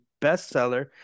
bestseller